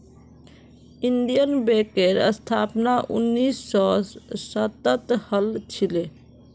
Indian बैंकेर स्थापना उन्नीस सौ सातत हल छिले